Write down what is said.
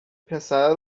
پسره